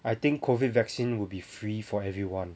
I think COVID vaccine will be free for everyone